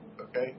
okay